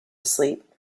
sleep